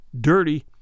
dirty